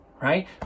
right